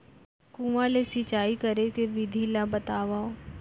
कुआं ले सिंचाई करे के विधि ला बतावव?